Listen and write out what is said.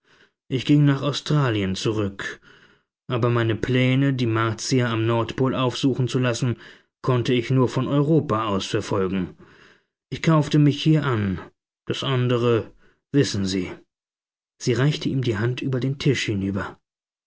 ich ging nach australien zurück aber meine pläne die martier am nordpol aufsuchen zu lassen konnte ich nur von europa aus verfolgen ich kaufte mich hier an das andere wissen sie sie reichte ihm die hand über den tisch hinüber